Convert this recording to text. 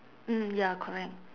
mm ya correct